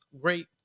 great